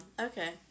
okay